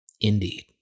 Indeed